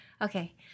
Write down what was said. Okay